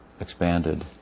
expanded